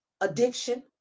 addiction